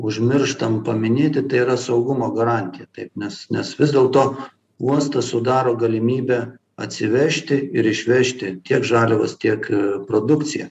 užmirštam paminėti tai yra saugumo garantija taip nes nes vis dėlto uostas sudaro galimybę atsivežti ir išvežti tiek žaliavas tiek produkciją